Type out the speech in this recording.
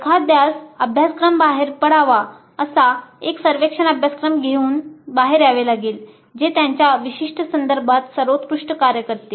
एखाद्यास प्रयोग करून असा एक सर्वेक्षण अभ्यासक्रम घेऊन बाहेर यावे लागेल जे त्यांच्या विशिष्ट संदर्भात सर्वोत्कृष्ट कार्य करते